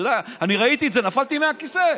אתה יודע, אני ראיתי את זה ונפלתי מהכיסא.